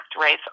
race